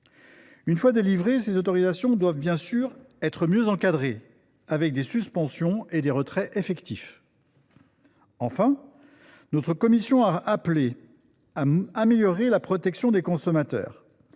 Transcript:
Une fois délivrées, ces autorisations doivent bien sûr être mieux encadrées, avec des suspensions et des retraits effectifs. En outre, notre commission a appelé à améliorer la protection des consommateurs.